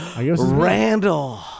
Randall